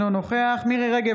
אינו נוכח מירי מרים רגב,